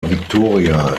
victoria